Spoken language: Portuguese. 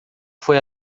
foi